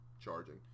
charging